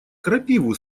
крапиву